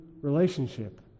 relationship